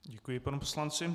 Děkuji panu poslanci.